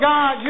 God